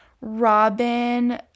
Robin